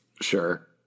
Sure